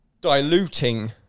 diluting